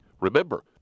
Remember